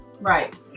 right